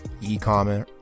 e-commerce